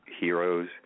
heroes